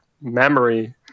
memory